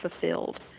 fulfilled